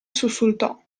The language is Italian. sussultò